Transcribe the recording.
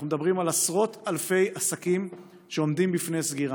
אנחנו מדברים על עשרות אלפי עסקים שעומדים בפני סגירה.